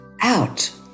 out